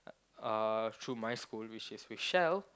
uh through my school which is with Shell